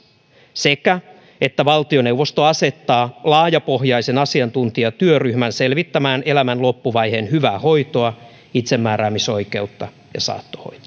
sekä että valtioneuvosto asettaa laajapohjaisen asiantuntijatyöryhmän selvittämään elämän loppuvaiheen hyvää hoitoa itsemääräämisoikeutta ja saattohoitoa